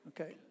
Okay